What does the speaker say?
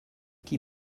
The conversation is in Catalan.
qui